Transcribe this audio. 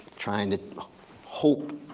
trying to hope